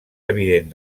evident